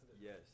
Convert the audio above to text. Yes